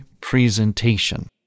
presentation